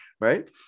right